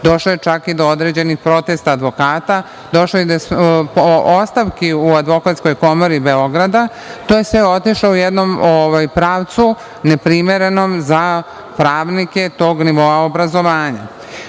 došlo je čak i do određenih protesta advokata, došlo je do ostavku u Advokatskoj komori Beograda. To je sve otišlo u jednom pravcu neprimerenom za pravnike tog nivoa obrazovanja.Međutim,